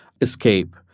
escape